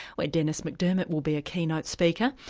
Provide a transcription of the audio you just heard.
where dennis mcdermott will be a keynote speaker.